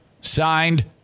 Signed